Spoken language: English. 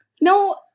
No